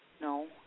no